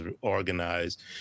organized